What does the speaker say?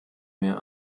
mehr